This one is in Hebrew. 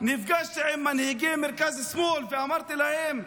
נפגשתי עם מנהיגי המרכז-שמאל ואמרתי להם: